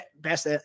best